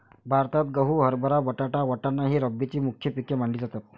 भारतात गहू, हरभरा, बटाटा, वाटाणा ही रब्बीची मुख्य पिके मानली जातात